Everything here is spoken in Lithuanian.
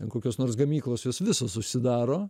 ten kokios nors gamyklos jos visos užsidaro